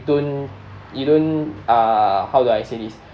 don't you don't uh how do I say this